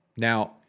Now